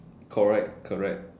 correct correct